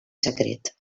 secret